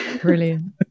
Brilliant